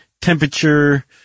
temperature